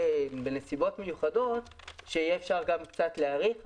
אנחנו גם מכירים באפשרות שבנסיבות מיוחדות אפשר יהיה קצת להאריך,